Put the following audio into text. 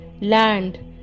land